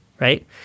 right